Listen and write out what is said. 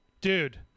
Dude